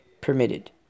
permitted